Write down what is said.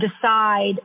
decide